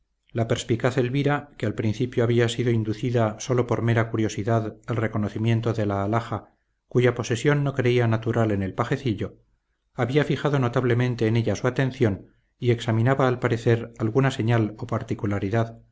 la perspicaz elvira que al principio había sido inducida sólo por mera curiosidad al reconocimiento de la alhaja cuya posesión no creía natural en el pajecillo había fijado notablemente en ella su atención y examinaba al parecer alguna señal o particularidad